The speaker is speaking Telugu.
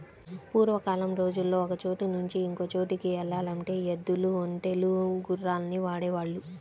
పూర్వకాలం రోజుల్లో ఒకచోట నుంచి ఇంకో చోటుకి యెల్లాలంటే ఎద్దులు, ఒంటెలు, గుర్రాల్ని వాడేవాళ్ళు